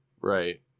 Right